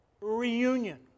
reunion